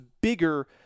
bigger